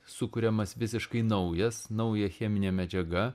sukuriamas visiškai naujas nauja cheminė medžiaga